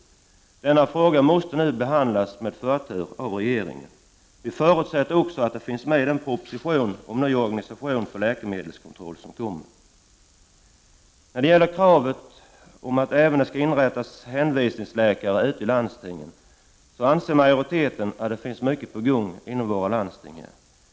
Denna fråga måste nu behandlas med förtur av regeringen. Vi förutsätter också att detta finns med i den proposition som kommer om ny organisation för läkemedelskontroll. När det gäller kravet på att det även skall finnas hänvisningsläkare i landstingen, anser majoriteten att det är mycket på gång inom våra landsting.